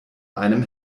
einem